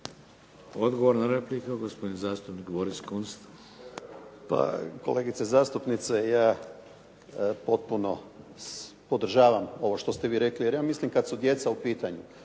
Odgovor na repliku. Gospodin zastupnik Boris Kunst. **Kunst, Boris (HDZ)** Pa kolegice zastupnice, ja potpuno podržavam ovo što ste vi rekli jer ja mislim kad su djeca u pitanju